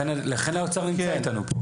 לכן האוצר נמצא איתנו פה.